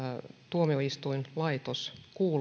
tuomioistuinlaitos